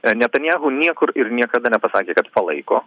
netanjahu niekur ir niekada nepasakė kad palaiko